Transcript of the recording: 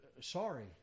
sorry